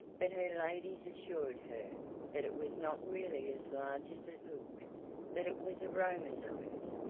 but her ladies assured her that it was not really as large as it looked that it was a roman nose,